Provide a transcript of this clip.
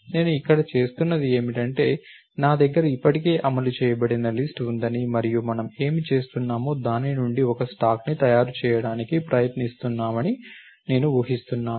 నేను ఇక్కడ చేస్తున్నది ఏమిటంటే నా దగ్గర ఇప్పటికే అమలు చేయబడిన లిస్ట్ ఉందని మరియు మనము ఏమి చేస్తున్నామో దాని నుండి ఒక స్టాక్ను తయారు చేయడానికి ప్రయత్నిస్తున్నామని నేను ఊహిస్తున్నాను